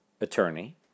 attorney